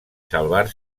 salvar